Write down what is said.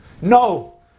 No